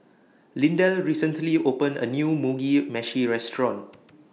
Lindell recently opened A New Mugi Meshi Restaurant